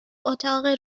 اتاق